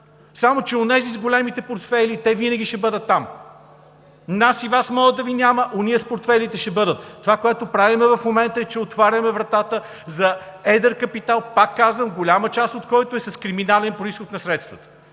Само че онези, с големите портфейли, те винаги ще бъдат там. Нас и Вас може да ни няма, онези с портфейлите ще бъдат. Това, което правим в момента, е, че отваряме вратата за едър капитал, пак казвам, голяма част от който е с криминален произход на средствата.